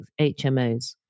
HMOs